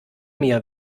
mir